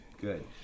Good